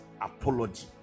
apology